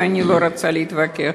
ואני לא רוצה להתווכח.